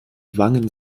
wangen